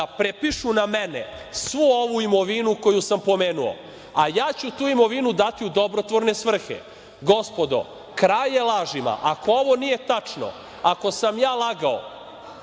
prepišu na mene svu ovu imovinu koju sam pomenuo, a ja ću tu imovinu dati u dobrotvorne svrhe. Gospodo, kraj je lažima. Ako ovo nije tačno, ako sam ja lagao